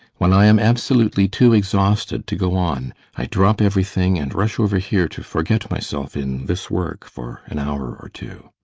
when i am absolutely too exhausted to go on i drop everything and rush over here to forget myself in this work for an hour or two.